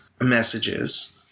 messages